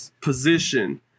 position